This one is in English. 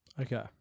Okay